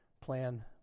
plan